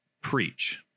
preach